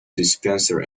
dispenser